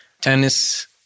Tennis